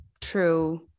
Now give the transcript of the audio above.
true